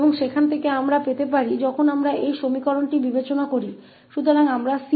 और वहाँ से जब हम यहाँ इस समीकरण पर विचार करते हैं तो हम प्राप्त कर सकते हैं